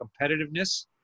competitiveness